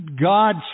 God